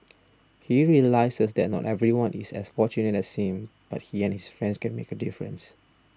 he realises that not everyone is as fortunate as seem but he and his friends can make a difference